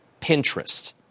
Pinterest